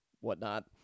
whatnot